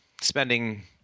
spending